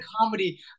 comedy